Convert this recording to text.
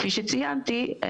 כפי שציינתי,